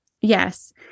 Yes